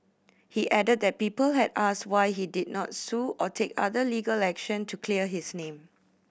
he added that people had asked why he did not sue or take other legal action to clear his name